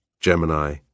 Gemini